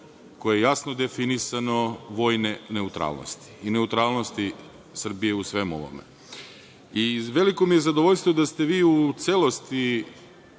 koje je jasno definisano vojne neutralnosti i neutralnosti Srbije u svemu ovome. Veliko mi je zadovoljstvo da ste vi u celosti